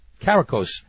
Caracos